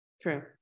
True